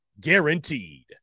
guaranteed